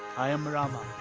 i am rama,